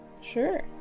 Sure